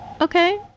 okay